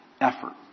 effort